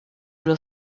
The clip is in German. nur